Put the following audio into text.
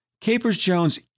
Capers-Jones